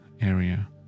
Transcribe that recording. area